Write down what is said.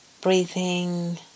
breathing